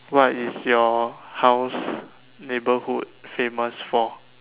what is your house neighborhood famous for